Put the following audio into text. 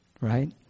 Right